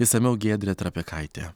išsamiau giedrė trapikaitė